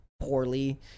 poorly